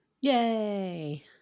yay